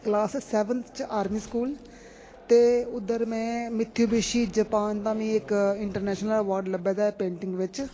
class seventh च army school ते उद्धर में मिथुविशि जापान दा मीं इक इंटरनेशनल अवार्ड लब्भे दा ऐ पेंटिंग बिच